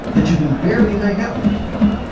that you can barely make out in this picture,